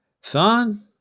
Son